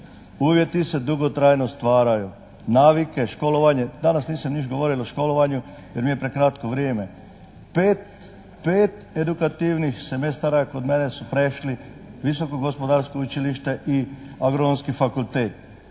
uvjeti se dugotrajno stvaraju, navike, školovanje. Danas nisam ništ govoril o školovanju jer mi je prekratko vrijeme. Pet edukativnih semestara je kod mene su prešli Visoko gospodarsko učilište i Agronomski fakultet.